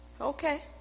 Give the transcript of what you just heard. Okay